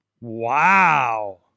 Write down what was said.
Wow